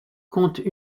compte